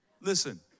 listen